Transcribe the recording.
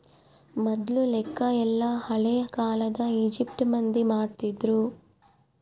ಮೊದ್ಲು ಲೆಕ್ಕ ಎಲ್ಲ ಹಳೇ ಕಾಲದ ಈಜಿಪ್ಟ್ ಮಂದಿ ಮಾಡ್ತಿದ್ರು